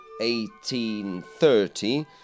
1830